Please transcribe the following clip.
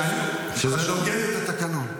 זה נוגד את התקנון.